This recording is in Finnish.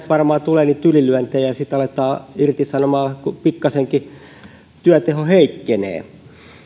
varmaan tulee niitä ylilyöntejä ja sitten aletaan irtisanomaan kun pikkasenkin työteho heikkenee